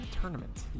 tournament